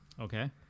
Okay